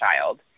child